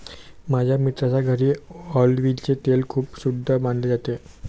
माझ्या मित्राच्या घरी ऑलिव्हचे तेल खूप शुद्ध मानले जाते